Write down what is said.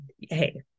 hey